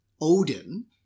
Odin